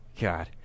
God